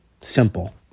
Simple